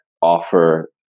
offer